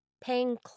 Paying